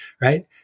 Right